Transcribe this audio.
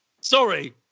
Sorry